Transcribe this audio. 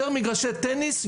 יותר מגרשי טניס,